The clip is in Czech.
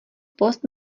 post